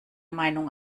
meinung